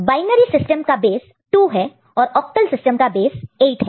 binary system का base 2 है और ऑक्टल सिस्टम का बेस 8 है